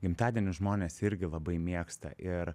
gimtadienius žmonės irgi labai mėgsta ir